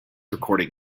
recording